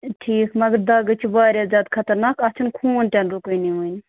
ٹھَیٖک مگر دَگ حظ چھِ واریاہ زیادٕ خطرناکھ اتھ چھُ نہٕ خوٗن تہٕ نہٕ رُکانٕے وۅنۍ